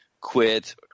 quit